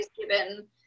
given